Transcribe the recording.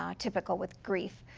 um typical with grief.